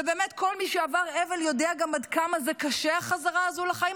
ובאמת כל מי שעבר אבל גם יודע עד כמה קשה החזרה הזאת לחיים,